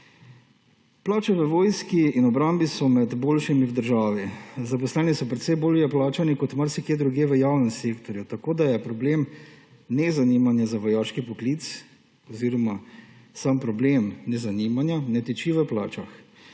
Plače v vojski in obrambi so med boljšimi v državi. Zaposleni so precej bolje plačani kot marsikje drugje v javnem sektorju, tako da problem nezanimanja za vojaški poklic oziroma sam problem nezanimanja ne tiči v plačah,